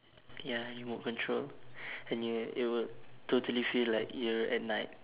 ya remote control and you it would totally feel like you're at night